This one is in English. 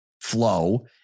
flow